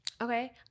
Okay